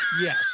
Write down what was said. yes